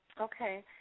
Okay